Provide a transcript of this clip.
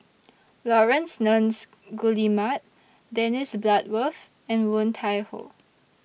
Laurence Nunns Guillemard Dennis Bloodworth and Woon Tai Ho